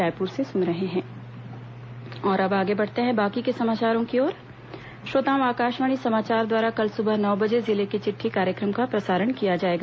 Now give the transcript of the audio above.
जिले की चिट़ठी श्रोताओं आकाशवाणी समाचार द्वारा कल सुबह नौ बजे जिले की चिट्ठी कार्यक्रम का प्रसारण किया जाएगा